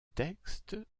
texte